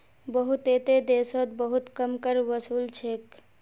बहुतेते देशोत बहुत कम कर वसूल छेक